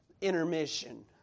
Intermission